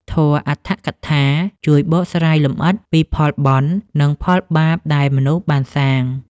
ធម៌ "អដ្ឋកថា" ជួយបកស្រាយលម្អិតពីផលបុណ្យ និងផលបាបដែលមនុស្សបានសាង។